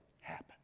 happen